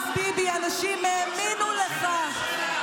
אז, ביבי, אנשים האמינו לך, ראש הממשלה.